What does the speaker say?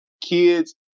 kids